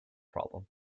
problem